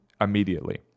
immediately